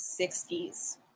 1960s